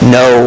no